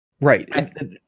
Right